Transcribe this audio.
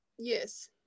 Yes